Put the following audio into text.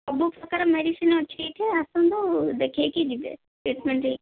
ସବୁ ପ୍ରକାର ମେଡ଼ିସିନ ଅଛି ଏଇଠେ ଆସନ୍ତୁ ଦେଖେଇକି ଯିବେ ଟ୍ରିଟ୍ମେଣ୍ଟ ହେଇକି